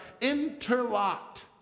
interlocked